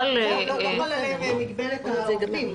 לא חל מגבלת העובדים.